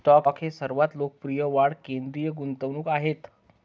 stock हे सर्वात लोकप्रिय वाढ केंद्रित गुंतवणूक आहेत